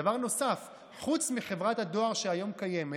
דבר נוסף, חוץ מחברת הדואר שהיום קיימת,